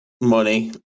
Money